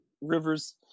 Rivers